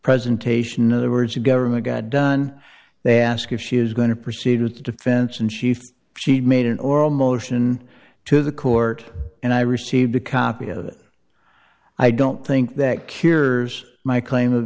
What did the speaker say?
presentation of the words the government got done they asked if she was going to proceed with the defense and she felt she had made an oral motion to the court and i received a copy of it i don't think that cures my claim of